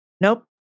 Nope